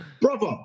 Brother